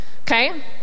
okay